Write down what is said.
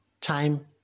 time